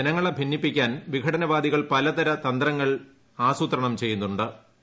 ജനങ്ങളെ ഭിന്നിപ്പിക്കാൻ വിഘടന വാദികൾ പലവിധ തന്ത്രങ്ങൾ ആസൂത്രണം ചെയ്യുന്നു ്